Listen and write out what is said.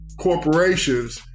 corporations